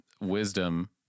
wisdom